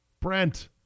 Brent